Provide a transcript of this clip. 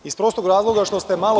Iz prostog razloga što ste malopre…